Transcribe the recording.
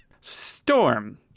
Storm